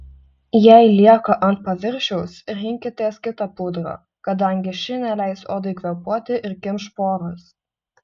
jei lieka ant paviršiaus rinkitės kitą pudrą kadangi ši neleis odai kvėpuoti ir kimš poras